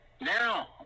Now